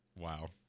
Wow